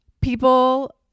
People